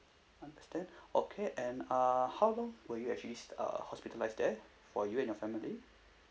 understand okay and uh how long were you actually s~ uh hospitalised there for you and your family